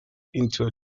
into